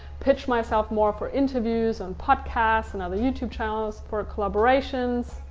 pitch myself more for interviews, on podcasts and other youtube channels for collaborations.